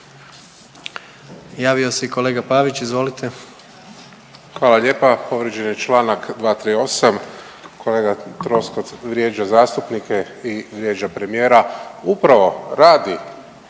Pavić, izvolite. **Pavić, Marko (HDZ)** Hvala lijepa. Povrijeđen je članak 238. kolega Troskot vrijeđa zastupnike i vrijeđa premijera. Upravo radi